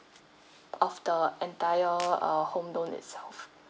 of the entire uh home loan itself